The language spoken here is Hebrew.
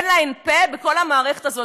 אין להן פה בכל המערכת הזאת,